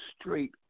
straight